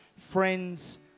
friends